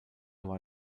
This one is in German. war